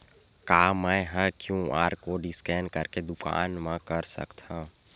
का मैं ह क्यू.आर कोड स्कैन करके दुकान मा कर सकथव?